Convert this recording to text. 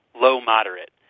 low-moderate